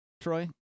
Troy